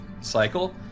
cycle